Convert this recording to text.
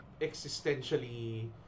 existentially